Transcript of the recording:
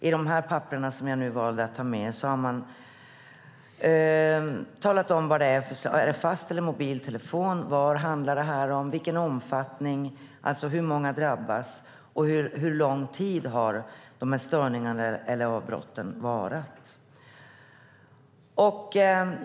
I de papper som jag har valt att ta med talar man om ifall det gäller fast eller mobil telefoni, vad det handlar om, i vilken omfattning det har skett, hur många som har drabbats och under hur lång tid störningarna eller avbrotten har varat.